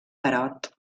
tarot